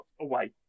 away